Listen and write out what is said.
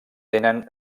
tenen